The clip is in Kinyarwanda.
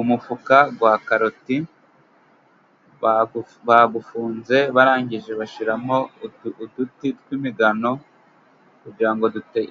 Umufuka wa karoti, bawufunze barangije bashyiramo uduti tw'imigano, kugira ngo